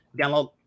download